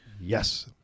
Yes